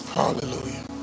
hallelujah